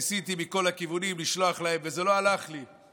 ניסיתי מכל הכיוונים לשלוח להם וזה לא הלך לי.